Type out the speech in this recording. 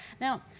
Now